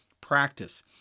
practice